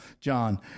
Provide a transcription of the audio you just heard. John